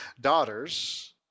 daughters